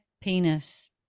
penis